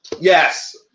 Yes